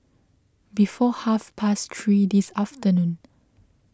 before half past three this afternoon